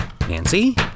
Nancy